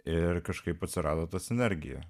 ir kažkaip atsirado tas energija